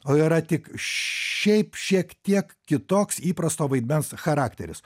o yra tik šiaip šiek tiek kitoks įprasto vaidmens charakteris